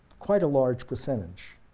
quite a large percentage.